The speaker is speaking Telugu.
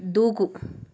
దూకు